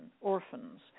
orphans